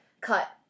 cut